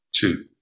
two